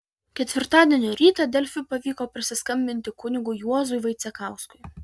ketvirtadienio rytą delfi pavyko prisiskambinti kunigui juozui vaicekauskui